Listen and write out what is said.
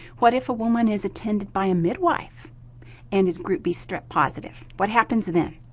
what if a woman is attended by a midwife and is group b strep positive? what happens then?